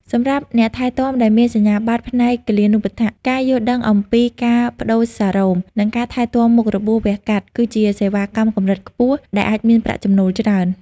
សម្រាប់អ្នកថែទាំដែលមានសញ្ញាបត្រផ្នែកគិលានុប្បដ្ឋាក ការយល់ដឹងអំពីការប្តូរសារ៉ូម និងការថែទាំមុខរបួសវះកាត់ គឺជាសេវាកម្មកម្រិតខ្ពស់ដែលអាចមានប្រាក់់ចំណូលច្រើន។